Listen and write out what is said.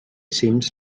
seems